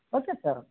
okay sir